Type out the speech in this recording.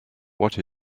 what